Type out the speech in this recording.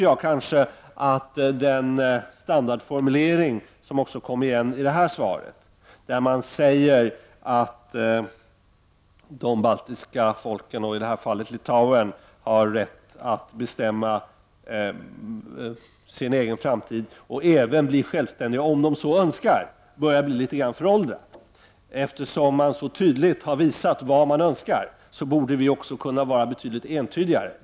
Jag menar att den standardformulering som också kom igen i detta svar, att de baltiska folken, och i det här fallet Litauen, har rätt att bestämma över sin egen framtid och även bli självständiga om de så önskar, börjar bli litet grand föråldrad. Eftersom folket i Litauen så tydligt har visat vad det önskar, borde vi också kunna vara betydligt entydigare.